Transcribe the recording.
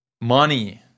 money